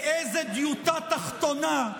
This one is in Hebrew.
לאיזו דיוטה תחתונה,